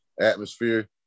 atmosphere